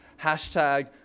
hashtag